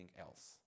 else